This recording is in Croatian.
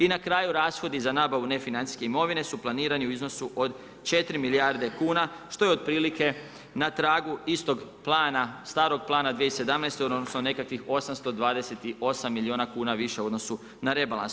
I na kraju rashodi za nabavu nefinancijske imovine su planirani u iznosu od 4 milijarde kuna što je otprilike na tragu istog plana, starog plana 2017. odnosno nekakvih 828 milijuna kuna više u odnosu na rebalans.